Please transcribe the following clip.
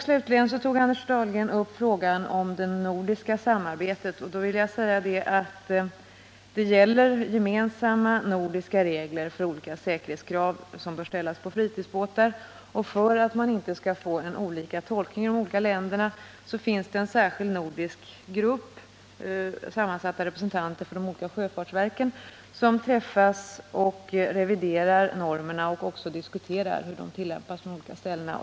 Slutligen talade Anders Dahlgren om det nordiska samarbetet. Gemensamma nordiska regler gäller för olika säkerhetskrav som bör ställas på fritidsbåtar. För att man inte skall få olika tolkningar i de olika länderna finns det en särskild nordisk grupp, sammansatt av representanter för de skilda sjöfartsverken, som träffas och reviderar normerna och också diskuterar hur de tillämpas på de olika ställena.